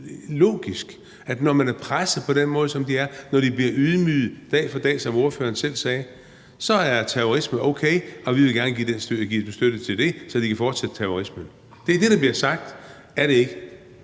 logisk, når man er presset på den måde, som de er, når de bliver ydmyget dag for dag, som ordføreren selv sagde, og så er terrorisme okay, og man vil gerne give dem støtte til det, så de kan fortsætte terrorismen. Det er det, der bliver sagt. Er det ikke?